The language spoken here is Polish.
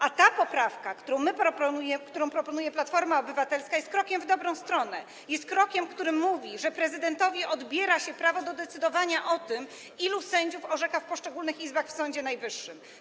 A ta poprawka, którą my... którą proponuje Platforma Obywatelska, jest krokiem w dobrą stronę, jest krokiem, który mówi, że prezydentowi odbiera się prawo do decydowania o tym, ilu sędziów orzeka w poszczególnych izbach w Sądzie Najwyższym.